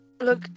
look